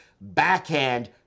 backhand